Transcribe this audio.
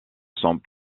sont